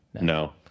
no